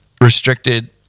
restricted